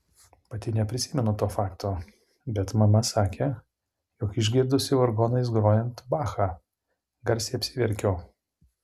pati neprisimenu to fakto bet mama sakė jog išgirdusi vargonais grojant bachą garsiai apsiverkiau